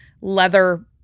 leather